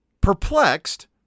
Perplexed